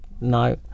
no